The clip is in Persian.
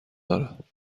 دارد